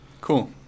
cool